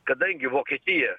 kadangi vokietija